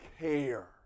care